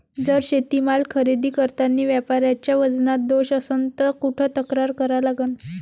जर शेतीमाल खरेदी करतांनी व्यापाऱ्याच्या वजनात दोष असन त कुठ तक्रार करा लागन?